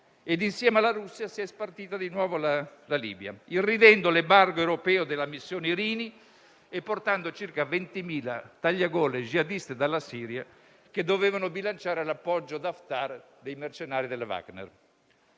insieme alla Russia, si è spartita di nuovo la Libia, irridendo l'embargo europeo della missione Irini e portando circa 20.000 tagliagole jihadisti dalla Siria che dovevano bilanciare l'appoggio ad Haftar dei mercenari del gruppo Wagner.